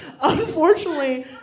unfortunately